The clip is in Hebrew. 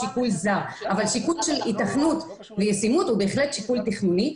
אבל שיקול של היתכנות וישימות הוא בהחלט שיקול תכנוני.